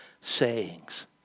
sayings